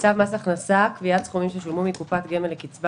צו מס הכנסה (קביעת סכומים ששולמו מקופת גמל לקצבה